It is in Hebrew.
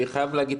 אני חייב להגיד,